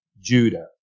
Judah